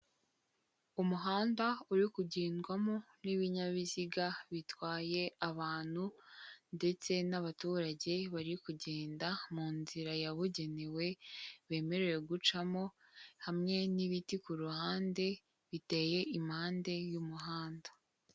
Umuhanda uri kugendwamo n'ibinyabiziga bitwaye abantu ndetse n'abaturage bari kugenda mu nzira yabugenewe bemerewe gucamo hamwe n'ibiti ku ruhande biteye impande y'umuhanda.